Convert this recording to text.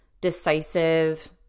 decisive